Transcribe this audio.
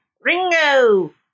Ringo